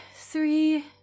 Three